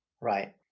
Right